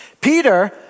Peter